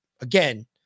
Again